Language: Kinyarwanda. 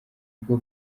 bwo